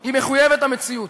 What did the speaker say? היא מחויבת המציאות.